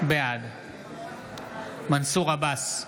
בעד מנסור עבאס,